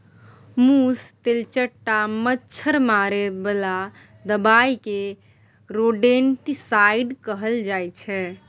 मुस, तेलचट्टा, मच्छर मारे बला दबाइ केँ रोडेन्टिसाइड कहल जाइ छै